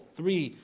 three